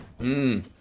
Mmm